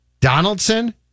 Donaldson